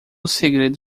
segredo